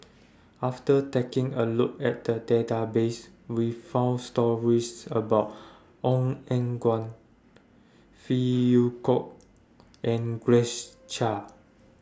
after taking A Look At The Database We found stories about Ong Eng Guan Phey Yew Kok and Grace Chia